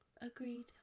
Agreed